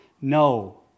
No